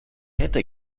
hätte